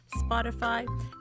Spotify